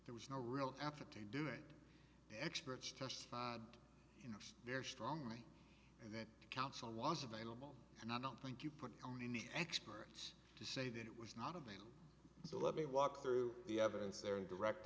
there was no real effort to do it experts testified in their strongly and that counsel was available and i don't think you put on any expert to say that it was not available so let me walk through the evidence there and direct